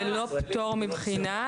זה לא פטור מבחינה,